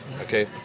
Okay